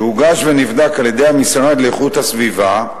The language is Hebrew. שהוגש ונבדק על-ידי המשרד לאיכות הסביבה,